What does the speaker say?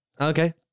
Okay